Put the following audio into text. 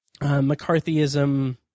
McCarthyism